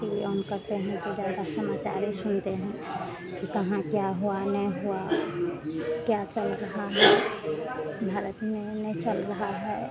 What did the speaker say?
T V on करते हैं तो ज़्यादा समाचार ही सुनते हैं कि कहाँ क्या हुआ नहीं हुआ क्या चल रहा है भारत में नहीं चल रहा है